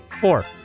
Four